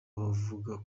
bavuga